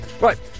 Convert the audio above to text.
Right